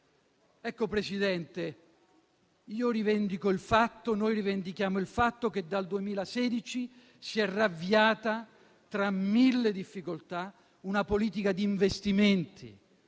Ecco, Presidente, noi rivendichiamo il fatto che dal 2016 si è riavviata, tra mille difficoltà, una politica di investimenti